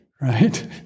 right